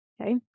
Okay